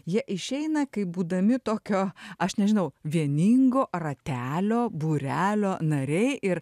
jie išeina kaip būdami tokio aš nežinau vieningo ratelio būrelio nariai ir